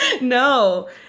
no